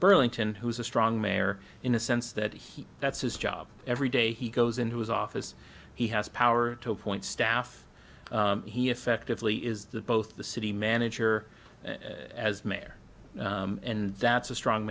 burlington who's a strong mayor in a sense that he that's his job every day he goes into his office he has power to appoint staff he effectively is the both the city manager as mayor and that's a strong